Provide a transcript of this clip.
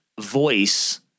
voice